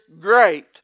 great